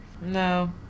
no